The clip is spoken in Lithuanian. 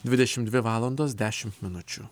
dvidešimt dvi valandos dešimt minučių